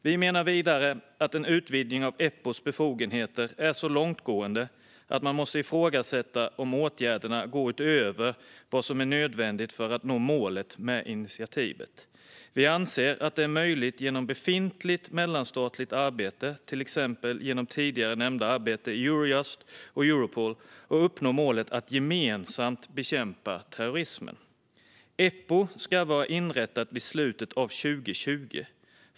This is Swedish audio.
Vi menar vidare att en utvidgning av Eppos befogenheter är så långtgående att man måste ifrågasätta om åtgärderna går utöver vad som är nödvändigt för att nå målet med initiativet. Vi anser att det är möjligt att genom befintligt mellanstatligt arbete, till exempel genom tidigare nämnda arbete i Eurojust och Europol, uppnå målet att gemensamt bekämpa terrorism. Eppo ska vara inrättat vid slutet av 2020.